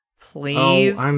please